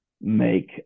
make